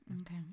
Okay